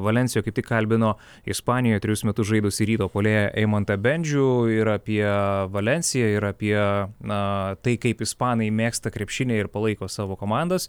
valensijoj kaip tik kalbino ispanijoj trejus metus žaidusį ryto puolėją eimantą bendžių ir apie valensiją ir apie na tai kaip ispanai mėgsta krepšinį ir palaiko savo komandas